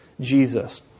Jesus